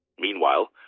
Meanwhile